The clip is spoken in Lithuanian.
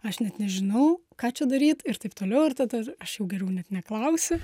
aš net nežinau ką čia daryt ir taip toliau ir tada aš jau geriau net neklausiu